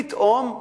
פתאום,